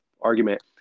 argument